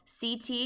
ct